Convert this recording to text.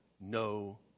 no